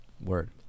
Word